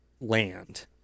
land